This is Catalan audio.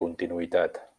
continuïtat